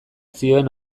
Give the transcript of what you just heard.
zioen